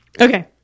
okay